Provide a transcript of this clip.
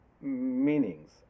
meanings